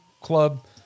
club